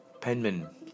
Penman